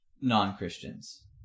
non-Christians